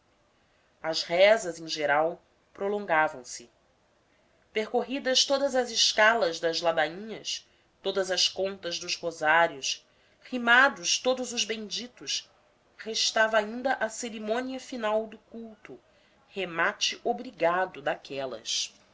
as rezas em geral prolongavam se percorridas todas as escalas das ladainhas todas as contas dos rosários rimados todos os benditos restava ainda a cerimônia final do culto remate obrigado daquelas